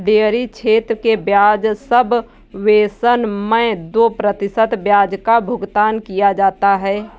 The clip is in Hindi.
डेयरी क्षेत्र के ब्याज सबवेसन मैं दो प्रतिशत ब्याज का भुगतान किया जाता है